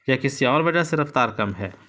یا کسی اور وجہ سے رفتار کم ہے